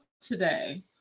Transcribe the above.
today